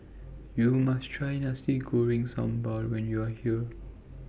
YOU must Try Nasi Goreng Sambal when YOU Are here